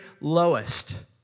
lowest